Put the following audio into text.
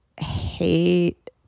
hate